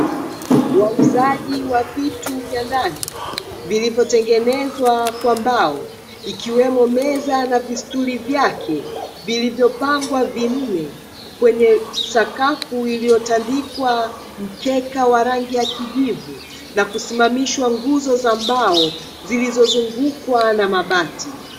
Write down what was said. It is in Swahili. Wauzaji wa vitu vya ndani vilivyotengenezwa kwa mbao ikiwemo meza na vistuli vyake, vilivyopangwa vinne kwenye sakafu iliyotandikwa mkeka wa rangi ya kijivu; na kusimamishwa nguzo za mbao zilizozungukwa na mabati.